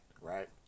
right